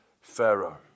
Pharaoh